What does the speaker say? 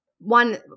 One